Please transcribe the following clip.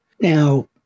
Now